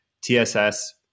TSS